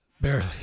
Barely